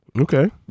Okay